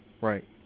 right